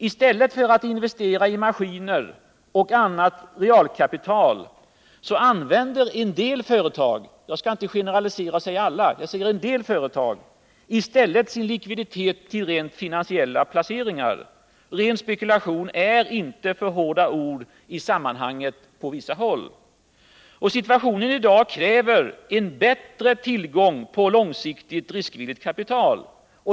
I stället för att investera i maskiner och annat realkapital använder en del företag — jag skall inte generalisera och säga alla — i stället sin likviditet till rent finansiella placeringar. Ren spekulation — det är inte för hårda ord i sammanhanget. Situationen kräver i dag en bättre tillgång på långsiktigt riskvilligt kapital.